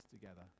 together